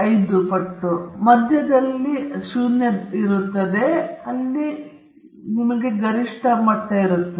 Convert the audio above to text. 2 ಪ್ರತಿಶತವು ಸರಾಸರಿ ಎರಡೂ ಬದಿಗಳಲ್ಲಿ ಒಂದು ಪ್ರಮಾಣಿತ ವಿಚಲನಕ್ಕೆ ಒಳಪಟ್ಟಿದೆ ಮತ್ತು ಹಿಂದಿನ ಸ್ಲೈಡ್ನಲ್ಲಿ ನಾವು ನೋಡಿದ್ದೇವೆ